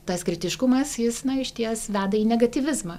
tas kritiškumas jis išties veda į negatyvizmą